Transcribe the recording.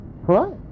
Right